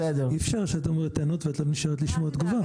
אי אפשר שאת אומרת טענות ואת לא נשארת לשמוע תגובה.